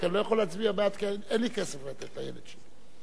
רק אני לא יכול להצביע בעד כי אין לי כסף לתת לילד שלי.